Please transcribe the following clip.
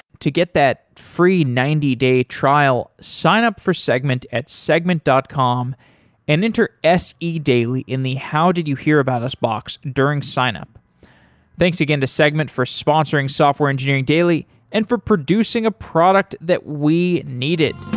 to get that free ninety day trial, sign up for segment at segment dot com and enter se daily in the how did you hear about us box during signup thanks again to segment for sponsoring software engineering daily and for producing a product that we needed